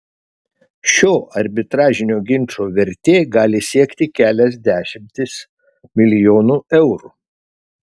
šio arbitražinio ginčo vertė gali siekti kelias dešimtis milijonų eurų